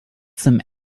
some